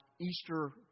Easter